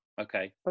okay